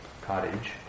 cottage